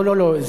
לא, לא,